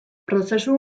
prozesu